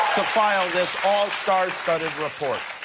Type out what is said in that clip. to file this all-star studded report.